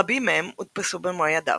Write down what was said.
רבים מהם הודפסו במו ידיו,